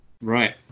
Right